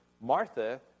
Martha